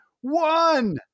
one